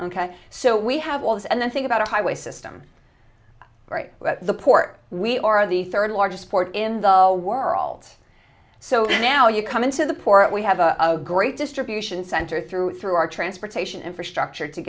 k so we have all this and then think about a highway system very well the port we are the third largest port in the world so now you come into the port we have a great distribution center through through our transportation infrastructure to